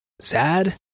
sad